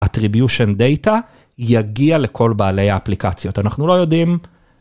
attribution data יגיע לכל בעלי האפליקציות אנחנו לא יודעים.